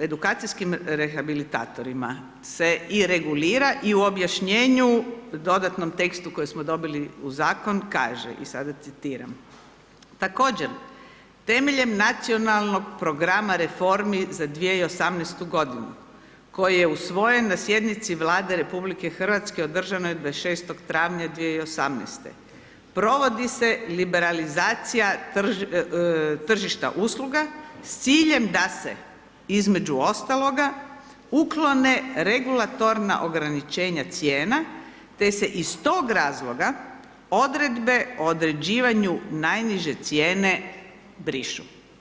edukacijskim rehabilitatorima se i regulira i u objašnjenju, dodatnom tekstu koji smo dobili u Zakon kaže, i sada citiram, također temeljem Nacionalnog programa reformi za 2018.-tu godinu koji je usvojen na sjednici Vlade RH održanoj 26. travnja 2018.-te provodi se liberalizacija tržišta usluga s ciljem da se, između ostaloga, uklone regulatorna ograničenja cijena, te se iz tog razloga odredbe o određivanju najniže cijene brišu.